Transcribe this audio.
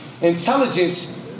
Intelligence